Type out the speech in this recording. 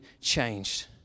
changed